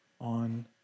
on